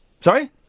Sorry